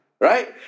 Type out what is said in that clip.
Right